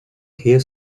hair